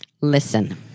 Listen